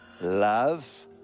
Love